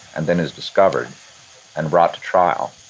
and then is discovered and brought to trial,